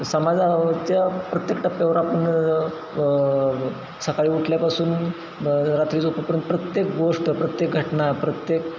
समाजाच्या प्रत्येक टप्प्यावर आपण सकाळी उठल्यापासून रात्री झोपेपर्यंत प्रत्येक गोष्ट प्रत्येक घटना प्रत्येक